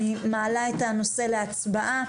אני מעלה את הנושא להצבעה.